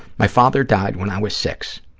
my father died when i was six.